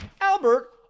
Albert